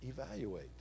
evaluate